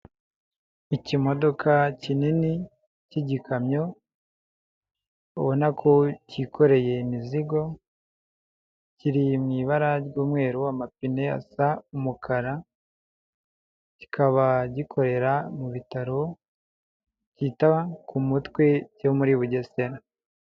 Ikimodoka kinini cy'igikamyo ubona ko cyikoreye imizigo, kiri mu ibara ry'umweru amapine asa umukara kikaba gikorera mu bitaro byita ku mutwe cyo muri Bugesera